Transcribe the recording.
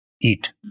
eat